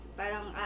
parang